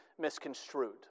misconstrued